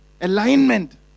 alignment